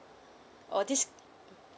all these